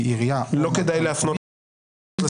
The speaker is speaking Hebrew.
עירייה --- לא כדאי להפנות לסעיף,